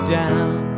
down